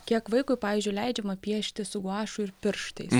kiek vaikui pavyzdžiui leidžiama piešti su guašu ir pirštais